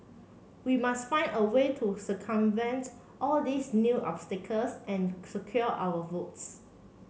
we must find a way to circumvent all these new obstacles and secure our votes